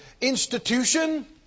institution